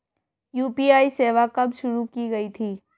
UPI सेवा कब शुरू की गई थी?